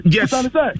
Yes